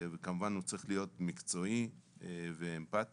כמובן שהוא צריך להיות מקצועי ואמפטי,